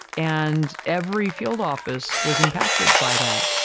and every field office was impacted by that,